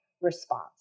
response